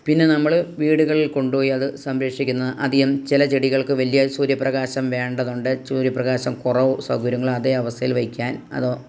പിന്നെ നമ്മൾ വീടുകളിൽ കൊണ്ടുപോയി അത് സംരക്ഷിക്കുന്ന അധികം ചില ചെടികൾക്ക് വലിയ സൂര്യപ്രകാശം വേണ്ടതുണ്ട് സൂര്യപ്രകാശം കുറവ് സൗകര്യങ്ങൾ അതേ അവസ്ഥയിൽ വെക്കാൻ അത്